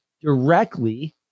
directly